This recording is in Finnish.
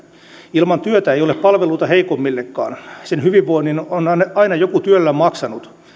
ilman työtä ei ole palveluita heikoimmillekaan sen hyvinvoinnin on aina joku työllään maksanut